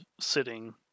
sitting